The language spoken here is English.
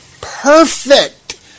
perfect